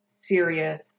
serious